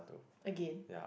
again